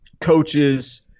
coaches